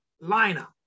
Liner